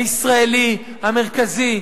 הישראלי המרכזי.